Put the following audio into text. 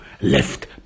left